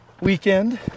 Weekend